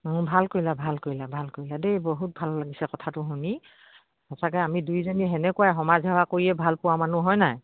ভাল কৰিলে ভাল কৰিলে ভাল কৰিলে দেই বহুত ভাল লাগিছে কথাটো শুনি সঁচাকে আমি দুইজনীয়ে সেনেকুৱাই সমাজ সেৱা কৰিয়ে ভালপোৱা মানুহ হয় নাই